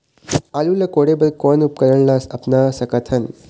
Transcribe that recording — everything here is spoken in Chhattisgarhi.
आलू ला कोड़े बर कोन उपकरण ला अपना सकथन?